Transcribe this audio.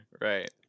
Right